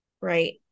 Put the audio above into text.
right